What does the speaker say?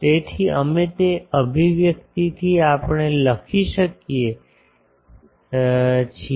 તેથી અમે તે અભિવ્યક્તિથી આપણે લખી શકીએ છીએ